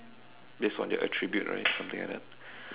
based on their attribute right something like that